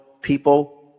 people